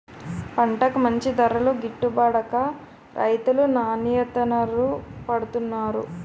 పంటకి మంచి ధరలు గిట్టుబడక రైతులు నానాయాతనలు పడుతున్నారు